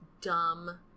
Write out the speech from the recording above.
dumb